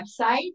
website